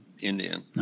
Indian